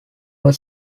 was